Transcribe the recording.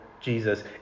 Jesus